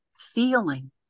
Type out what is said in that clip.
feeling